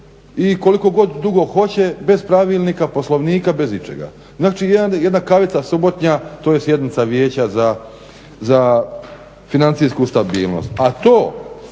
i koliko god dugo hoće bez pravilnika, poslovnika, bez ičega? Znači, jedna kavica subotnja to jest sjednica vijeća za financijsku stabilnost.